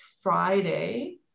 Friday